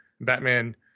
Batman